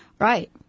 Right